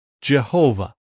Jehovah